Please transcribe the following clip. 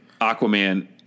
Aquaman